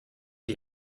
die